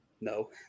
no